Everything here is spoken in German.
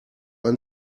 ein